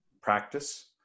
practice